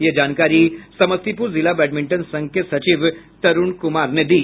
यह जानकारी समस्तीपुर जिला बैडमिंटन संघ के सचिव तरूण कुमार ने दी